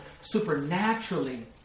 supernaturally